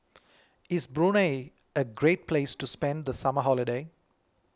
is Brunei a great place to spend the summer holiday